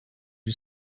you